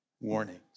warnings